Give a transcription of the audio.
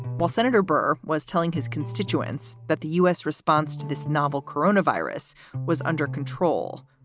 while senator burr was telling his constituents that the u s. response to this novel coronavirus was under control,